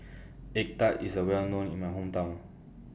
Egg Tart IS A Well known in My Hometown